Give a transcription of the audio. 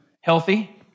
Healthy